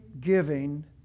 giving